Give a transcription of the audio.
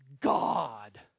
God